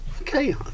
Okay